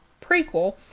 Prequel